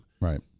Right